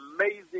amazing